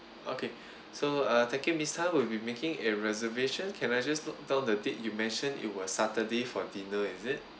okay so uh thank you miss tan we'll be making a reservation can I just note down the date you mentioned it was saturday for dinner is it